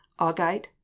augite